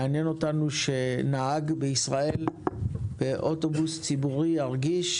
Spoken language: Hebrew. מעניין אותנו שנהג אוטובוס ציבורי בישראל ירגיש